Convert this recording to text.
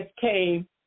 came